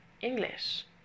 English